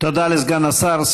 תודה לסגן השר.